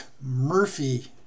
Murphy